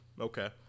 Okay